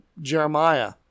Jeremiah